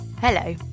Hello